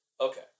okay